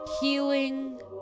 healing